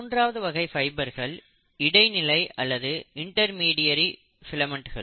மூன்றாவது வகை ஃபைபர்கள் இடைநிலை அல்லது இன்டர்மீடியரி ஃபிலமெண்ட்கள்